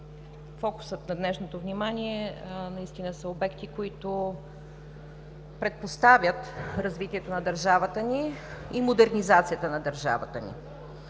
фокусът на днешното внимание наистина са обекти, които предпоставят развитието на държавата ни и модернизацията на държавата ни.